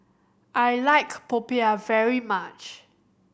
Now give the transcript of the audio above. I like Popiah very much